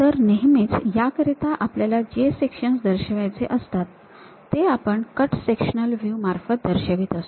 तर नेहमीच याकरिता आपल्याला जे सेक्शन्स दर्शवायचे असतात ते आपण कट सेक्शनल व्ह्यू मार्फत दर्शवित असतो